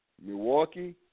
Milwaukee